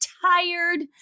tired